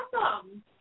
awesome